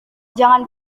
jangan